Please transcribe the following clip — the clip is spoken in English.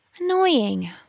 Annoying